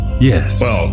Yes